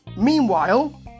meanwhile